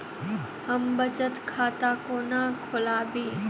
हम बचत खाता कोना खोलाबी?